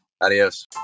Adios